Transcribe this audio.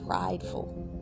prideful